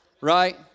right